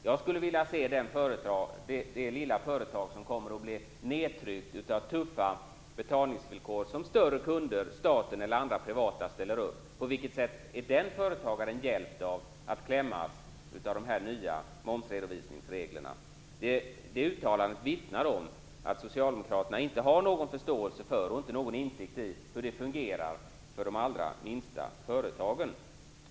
Jag skulle vilja se på vilket sätt det lilla företag som kommer att bli nedtryckt av tuffa betalningsvillkor som större kunder, staten eller privata, kommer att bli hjälpt av att klämmas av dessa nya momsredovisningsregler. Det uttalandet vittnar om att socialdemokraterna inte har någon förståelse för eller insikt i hur det fungerar för de allra minsta företagen.